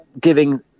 giving